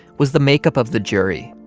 was the makeup of the jury.